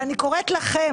ואני קוראת לכם,